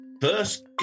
first